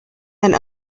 and